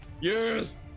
Yes